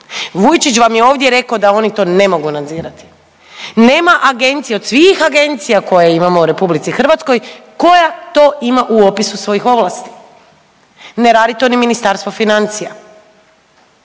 Vujčić vam je ovdje rekao da oni to ne mogu nadzirati. Nema agencije od svih agencija koje imamo u RH koja to ima u opisu svojih ovlasti. Ne radi to ni Ministarstvo financija.